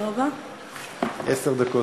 עשר דקות